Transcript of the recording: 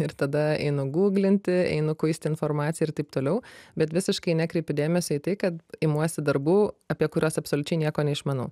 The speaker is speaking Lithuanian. ir tada einu guglinti einu kuisti informaciją ir taip toliau bet visiškai nekreipiu dėmesio į tai kad imuosi darbų apie kuriuos absoliučiai nieko neišmanau